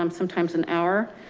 um sometimes an hour.